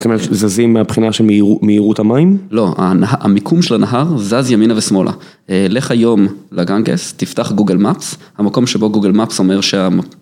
זאת אומרת זזים מהבחינה של מהירות המים? לא, המיקום של הנהר זז ימינה ושמאלה. לך היום לגנגס, תפתח Google Maps, המקום שבו Google Maps אומר שה...